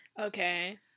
Okay